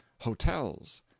hotels